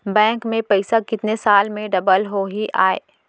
Bank में पइसा कितने साल में डबल होही आय?